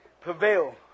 prevail